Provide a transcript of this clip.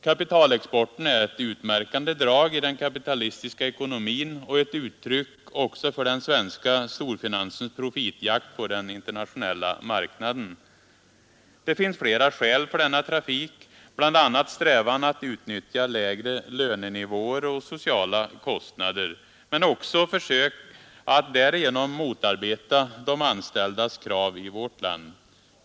Kapitalexporten är ett utmärkande drag i den kapitalistiska ekonomin och ett uttryck också för den svenska storfinansens profitjakt på den internationella marknaden. Det finns flera skäl för denna trafik, bl.a. strävan att utnyttja lägre lönenivåer och sociala kostnader, men också försök att därigenom motarbeta de anställdas krav i vårt land.